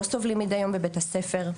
או סובלים מדי יום בבית הספר,